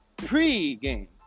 pre-game